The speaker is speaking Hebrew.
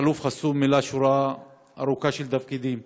תת-אלוף חסון מילא שורה ארוכה של תפקידים,